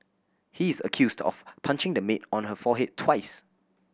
he is accused of punching the maid on her forehead twice